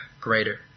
greater